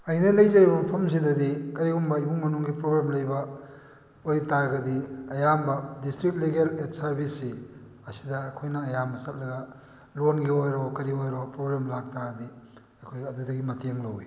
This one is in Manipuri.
ꯑꯩꯅ ꯂꯩꯖꯔꯤꯕ ꯃꯐꯝ ꯁꯤꯗꯗꯤ ꯀꯔꯤꯒꯨꯝꯕ ꯏꯃꯨꯡ ꯃꯅꯨꯡꯒꯤ ꯄ꯭ꯔꯣꯕ꯭ꯂꯦꯝ ꯂꯩꯕ ꯑꯣꯏꯇꯥꯔꯒꯗꯤ ꯑꯌꯥꯝꯕ ꯗꯤꯁꯇ꯭ꯔꯤꯛ ꯂꯤꯒꯦꯜ ꯑꯦꯛꯁ ꯁꯥꯔꯕꯤꯁꯁꯤ ꯑꯁꯤꯗ ꯑꯩꯈꯣꯏꯅ ꯑꯌꯥꯝꯕ ꯆꯠꯂꯒ ꯂꯣꯟꯒꯤ ꯑꯣꯏꯔꯣ ꯀꯔꯤ ꯑꯣꯏꯔꯣ ꯄ꯭ꯔꯣꯕ꯭ꯂꯦꯝ ꯂꯥꯛꯇꯥꯔꯗꯤ ꯑꯩꯈꯣꯏꯒ ꯑꯗꯨꯗꯒꯤ ꯃꯇꯦꯡ ꯂꯧꯏ